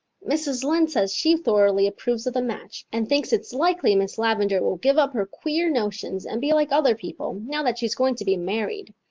mrs. lynde says she thoroughly approves of the match and thinks its likely miss lavendar will give up her queer notions and be like other people, now that she's going to be married.